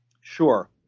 Sure